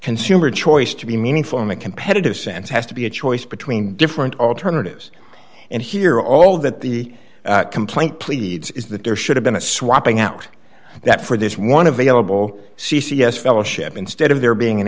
consumer choice to be meaningful in a competitive sense has to be a choice between different alternatives and here all that the complaint pleads is that there should have been a swapping out that for this one available c c s fellowship instead of there being an